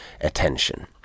attention